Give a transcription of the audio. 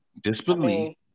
disbelief